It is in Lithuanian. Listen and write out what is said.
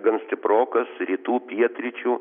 gan stiprokas rytų pietryčių